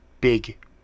big